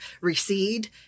recede